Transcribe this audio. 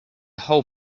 whole